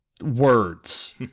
words